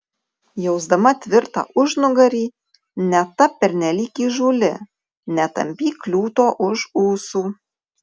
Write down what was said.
jausdama tvirtą užnugarį netapk pernelyg įžūli netampyk liūto už ūsų